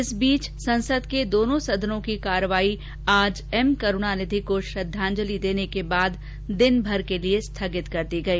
इस बीच संसद के दोनों सदनों की कार्यवाही आज एम करूणानिधि को श्रद्वांजलि देने के बाद दिन भर के लिए स्थगित कर दी गई